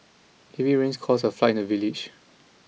heavy rains caused a flood in the village